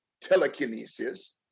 telekinesis